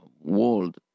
world